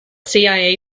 cia